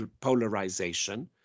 polarization